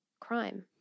crime